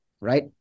right